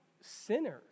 sinners